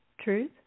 truth